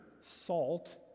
salt